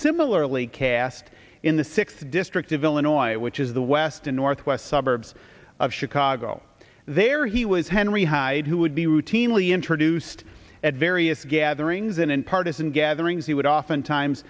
similarly cast in the sixth district of illinois which is the west in northwest suburbs of chicago there he was henry hyde who would be routinely introduced at various gatherings and in partisan gatherings he would oftentimes